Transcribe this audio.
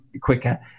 quicker